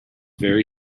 very